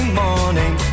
morning